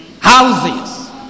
houses